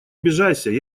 обижайся